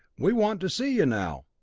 we want to see you now.